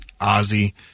Ozzy